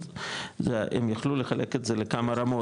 הם יכלו לחלק את זה לכמה רמות,